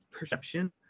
Perception